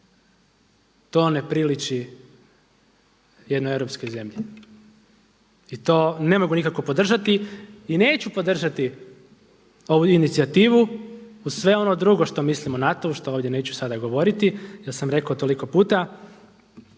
to ne priliči jednoj europskoj zemlji. I to ne mogu nikako podržati i neću podržati ovu inicijativu uz sve ono drugo što mislim o NATO-u što ovdje neću sada govoriti jer sam rekao toliko puta.